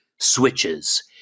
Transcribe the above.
switches